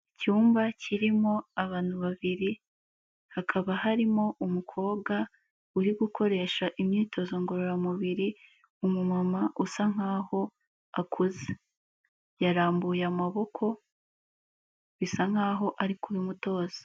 Icyumba kirimo abantu babiri, hakaba harimo umukobwa uri gukoresha imyitozo ngororamubiri, umumama usa nk'aho akuze, yarambuye amaboko, bisa nkaho ari kubimutoza.